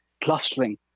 clustering